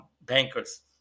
bankers